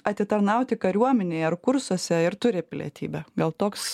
atitarnauti kariuomenėj ar kursuose ir turi pilietybę gal toks